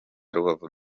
rubavu